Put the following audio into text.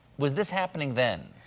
was this happening then?